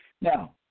now